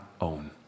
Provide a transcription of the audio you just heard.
own